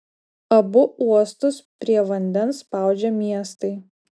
abu uostus prie vandens spaudžia miestai